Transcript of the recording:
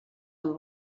him